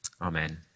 amen